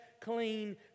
clean